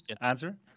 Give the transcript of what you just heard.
answer